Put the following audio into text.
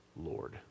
Lord